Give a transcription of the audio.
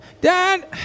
Dad